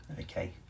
okay